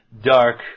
dark